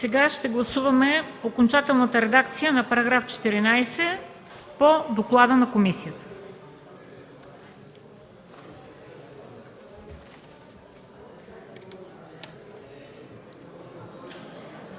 Сега гласуваме окончателната редакция на § 14 по доклада на комисията.